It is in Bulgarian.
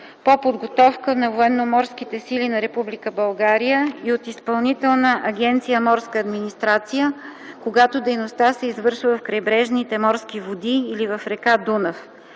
по подготовка на Военноморските сили на Република България и от Изпълнителна агенция „Морска администрация” – когато дейността се извършва в крайбрежните морски води или в река Дунав;